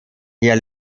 hier